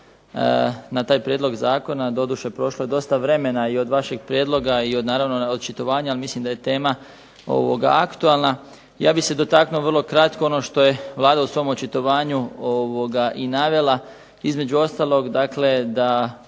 na taj prijedlog zakona. Doduše, prošlo je dosta vremena i od vaših prijedloga i od naravno očitovanja. Ali mislim da je tema aktualna. Ja bih se dotaknuo vrlo kratko ono što je Vlada u svom očitovanju i navela između ostalog, dakle da